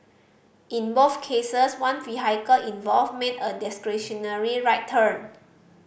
in both cases one vehicle involved made a discretionary right turn